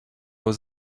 was